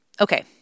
Okay